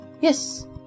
Yes